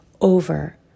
over